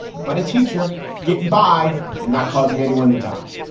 but a teacher getting by and not causing anyone to die.